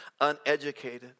Uneducated